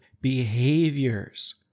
behaviors